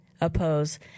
oppose